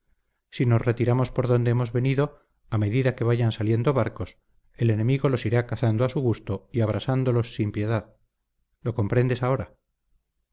si nos retiramos por donde hemos venido a medida que vayan saliendo barcos el enemigo los irá cazando a su gusto y abrasándolos sin piedad lo comprendes ahora